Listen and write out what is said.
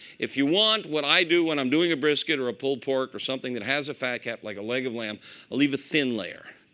if you want, what i do when i'm doing a brisket or a pulled pork or something that has a fat cap like a leg of lamb, i'll leave a thin layer.